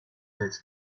that